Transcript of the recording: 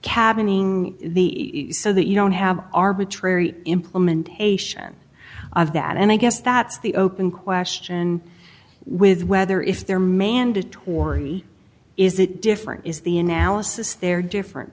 cabin ing the so that you don't have arbitrary implementation of that and i guess that's the open question with whether if they're mandatory is it different is the analysis there different